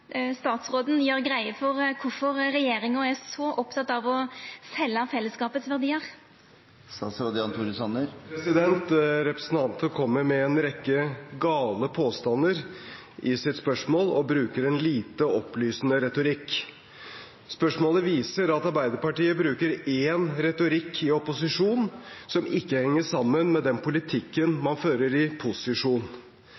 greie for kvifor regjeringa er så opptatt av å selje fellesskapets verdiar?» Representanten kommer med en rekke gale påstander i sitt spørsmål, og bruker en lite opplysende retorikk. Spørsmålet viser at Arbeiderpartiet bruker en retorikk i opposisjon som ikke henger sammen med den politikken